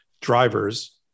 drivers